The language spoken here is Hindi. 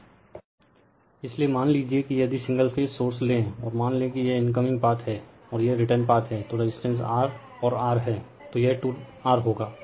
रिफर स्लाइड टाइम 1920 इसलिए मान लीजिए कि यदि सिंगल फेज सोर्स लें और मान लें कि यह इनकमिंग पाथ है और यह रिटर्न पाथ है तो रेजिस्टेंस R और R हैं तो यह टू R होगा